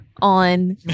on